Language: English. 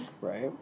right